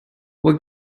what